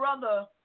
brother